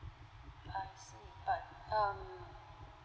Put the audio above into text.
I see but um